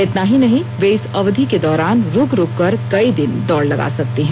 इतना ही नहीं वे इस अवधि के दौरान रुक रुक कर कई दिन दौड़ लगा सकते हैं